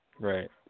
Right